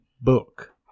book